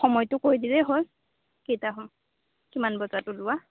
সময়টো কৈ দিলেই হ'ল কেইটা হয় কিমান বজাত ওলোৱা